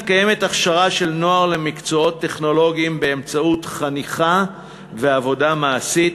מתקיימת הכשרה של נוער למקצועות טכנולוגיים באמצעות חניכה ועבודה מעשית,